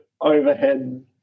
overhead